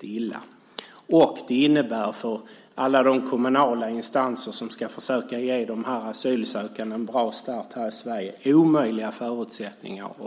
Det är omöjliga förutsättningar för alla kommunala instanser som ska försöka ge de asylsökande en bra start här i Sverige